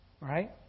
Right